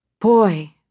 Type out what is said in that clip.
Boy